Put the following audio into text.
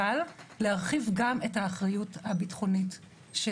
אבל להרחיב גם את האחריות הביטחונית של